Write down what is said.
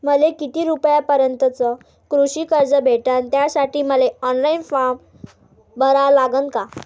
मले किती रूपयापर्यंतचं कृषी कर्ज भेटन, त्यासाठी मले ऑनलाईन फारम भरा लागन का?